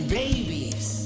babies